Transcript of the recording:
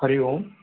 Hari Om